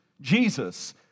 Jesus